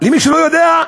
למי שלא יודע,